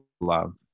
love